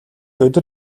өдөр